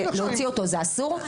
להוציא אותו זה אסור?